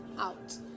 out